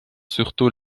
surtout